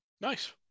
Nice